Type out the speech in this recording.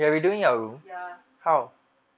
ya